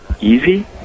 easy